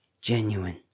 Genuine